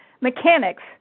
mechanics